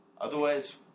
Otherwise